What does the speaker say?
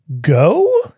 go